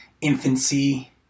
infancy